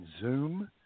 Zoom